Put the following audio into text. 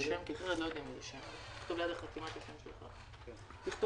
הישיבה ננעלה בשעה 11:32. הכנסת יו"ר ועדת הכספים ירושלים,